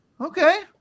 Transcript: Okay